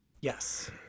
yes